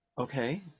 Okay